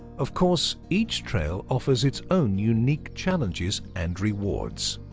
of course, each trail offers its own unique challenges and rewards.